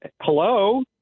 hello